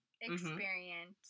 experience